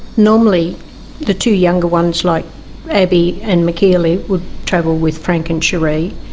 normally the two younger ones like abby and makeely would travel with frank and sheree,